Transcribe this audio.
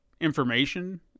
information